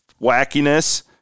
wackiness